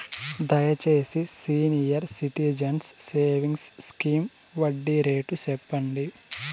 దయచేసి senior citizens savings scheme వడ్డీ rate సెప్పండి